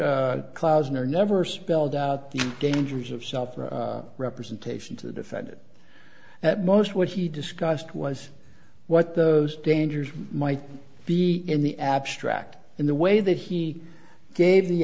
klausner never spelled out the dangers of self representation to the defendant at most what he discussed was what those dangers might be in the abstract in the way that he gave the